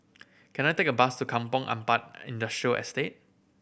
can I take a bus to Kampong Ampat Industrial Estate